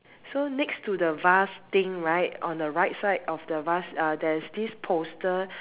so next to the vase thing right on the right side of the vase uh there's this poster